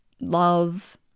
love